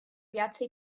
piazze